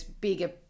bigger